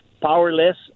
powerless